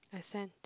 I sent